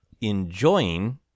enjoying